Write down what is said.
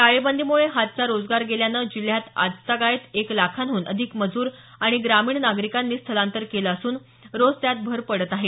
टाळेबंदीमुळं हातचा रोजगार गेल्यानं जिल्ह्यात आजतागायत एक लाखाहून अधिक मजूर आणि ग्रामीण नागरिकांनी स्थलांतर केले असून रोज त्यात भर पडत आहे